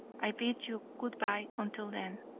i bid you good-bye until then.